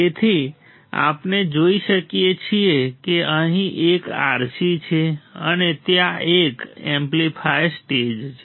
તેથી આપણે જોઈએ છીએ કે અહીં એક RC છે અને ત્યાં એક એમ્પ્લીફાયર સ્ટેજ છે